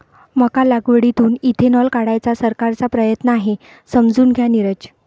मका लागवडीतून इथेनॉल काढण्याचा सरकारचा प्रयत्न आहे, समजून घ्या नीरज